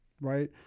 right